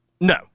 No